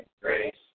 grace